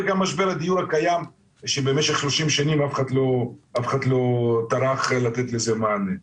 וגם משבר הדיור הקיים שבמשך 30 שנה אף אחד לא טרח לתת לו מענה.